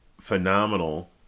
phenomenal